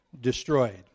destroyed